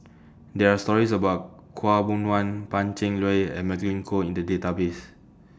There Are stories about Khaw Boon Wan Pan Cheng Lui and Magdalene Khoo in The Database